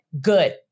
Good